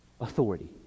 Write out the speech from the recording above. authority